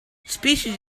species